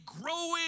growing